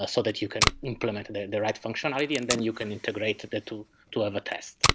ah so that you can implement the the right functionality, and then you can integrate the two to have a test